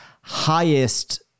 highest